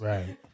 Right